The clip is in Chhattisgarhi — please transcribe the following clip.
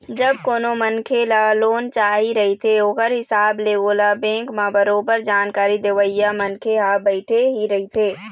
जब कोनो मनखे ल लोन चाही रहिथे ओखर हिसाब ले ओला बेंक म बरोबर जानकारी देवइया मनखे ह बइठे ही रहिथे